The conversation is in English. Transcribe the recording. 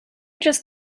just